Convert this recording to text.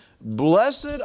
Blessed